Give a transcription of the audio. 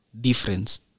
difference